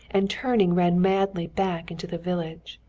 and turning ran madly back into the village.